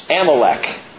Amalek